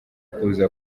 kuza